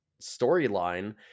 storyline